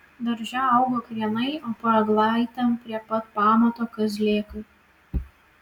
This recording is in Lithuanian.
darže augo krienai o po eglaitėm prie pat pamato kazlėkai